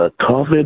COVID